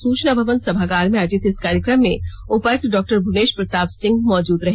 सूचना भवन सभागार में आयोजित इस कार्यक्रम में उपायुक्त डॉ भुवनेश प्रताप सिंह मौजूद रहे